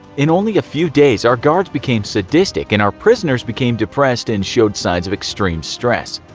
in only a few days, our guards became sadistic and our prisoners became depressed and showed signs of extreme stress.